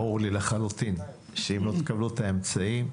ברור לי לחלוטין שאם לא תקבלו את האמצעים,